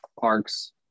parks